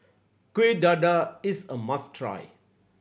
Kueh Dadar is a must try